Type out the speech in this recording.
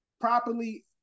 properly